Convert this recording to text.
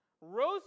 rose